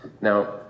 Now